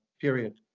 period